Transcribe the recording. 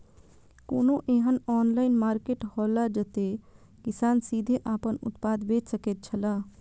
कोनो एहन online market हौला जते किसान सीधे आपन उत्पाद बेच सकेत छला?